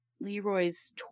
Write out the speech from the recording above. Leroy's